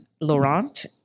Laurent